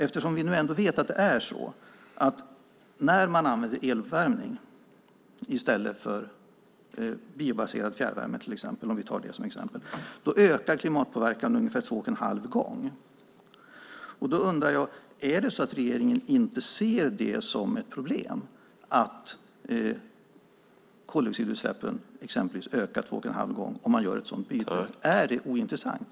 Eftersom vi ändå vet att det är så att när man använder eluppvärmning i stället för till exempel biobaserad fjärrvärme ökar klimatpåverkan ungefär två och en halv gång. Är det så att regeringen inte ser det som ett problem att koldioxidutsläppen ökar två och en halv gång om man gör ett sådant byte? Är det ointressant?